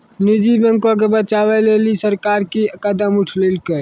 निजी बैंको के बचाबै के लेली सरकार कि कदम उठैलकै?